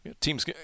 Teams